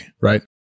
right